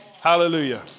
Hallelujah